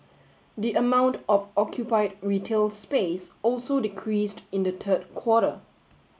the amount of occupied retail space also decreased in the third quarter